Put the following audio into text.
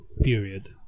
period